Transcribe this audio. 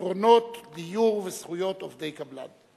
פתרונות דיור וזכויות עובדי קבלן.